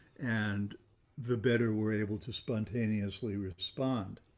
and the better we're able to spontaneously respond.